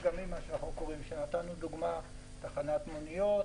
לתחנות המוניות